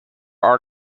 are